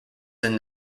than